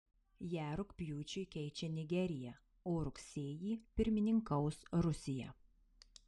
ją rugpjūčiui keičia nigerija o rugsėjį pirmininkaus rusija